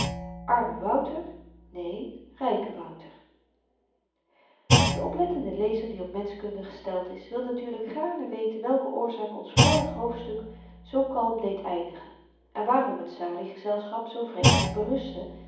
arme wouter neen ryke wouter de oplettende lezer die op menschkunde gesteld is wil natuurlyk gaarne weten welke oorzaak ons vorig hoofdstuk zoo kalm deed eindigen en waarom t saliegezelschap zoo vreedzaam berustte